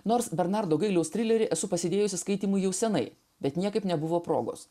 nors bernardo gailiaus trilerį esu pasidėjusi skaitymui jau senai bet niekaip nebuvo progos